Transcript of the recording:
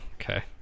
okay